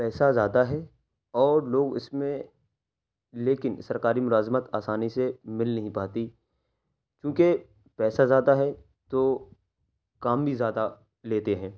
پیسہ زیادہ ہے اور لوگ اس میں لیکن سرکاری ملازمت آسانی سے مل نہیں پاتی کیونکہ پیسہ زیادہ ہے تو کام بھی زیادہ لیتے ہیں